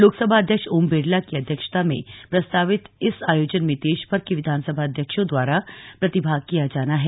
लोकसभा अध्यक्ष ओम बिरला की अध्यक्षता में इस आयोजन में देशभर के विधानसभा अध्यक्षों द्वारा प्रतिभाग किया जाना है